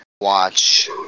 watch